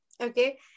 Okay